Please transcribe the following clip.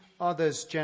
Others